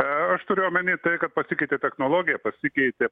e aš turiu omeny tai kad pasikeitė technologija pasikeitė